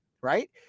right